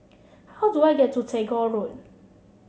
how do I get to Tagore Road